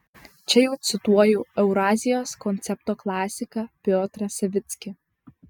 čia jau cituoju eurazijos koncepto klasiką piotrą savickį